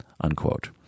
unquote